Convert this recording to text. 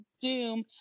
doom